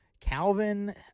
Calvin